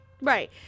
Right